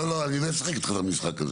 לא, אני לא אשחק איתך במשחק הזה.